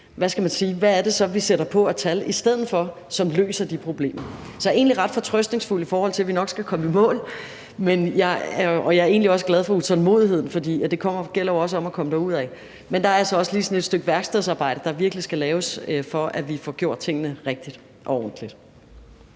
at få fundet, hvad det så er, vi sætter på af tal i stedet for, som løser de problemer. Så jeg er egentlig ret fortrøstningsfuld, i forhold til at vi nok skal komme i mål, og jeg er egentlig også glad for utålmodigheden, for det gælder jo også om at komme derudad. Men der er altså også lige sådan et stykke værkstedsarbejde, der virkelig skal laves for, at vi får gjort tingene rigtigt og ordentligt.